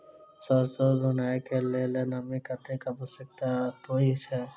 सैरसो बुनय कऽ लेल नमी कतेक आवश्यक होइ छै?